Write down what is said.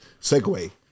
segue